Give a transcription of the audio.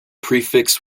prefix